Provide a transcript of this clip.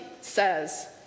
says